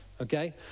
Okay